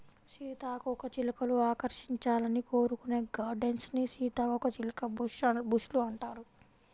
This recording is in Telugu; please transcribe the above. సీతాకోకచిలుకలు ఆకర్షించాలని కోరుకునే గార్డెన్స్ ని సీతాకోకచిలుక బుష్ లు అంటారు